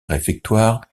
réfectoire